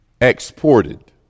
exported